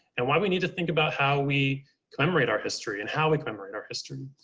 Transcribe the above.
and why we need to think about how we commemorate our history and how we commemorate our history.